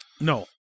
No